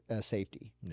safety